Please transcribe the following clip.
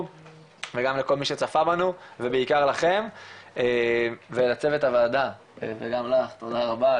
וגם לכל מי שצפה בנו ובעיקר לכם ולצוות הוועדה תודה רבה,